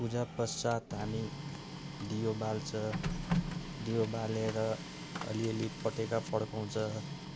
पूजापश्चात हामी दियो बाल्छ दियो बालेर अलिअलि पटेका पड्काउँछ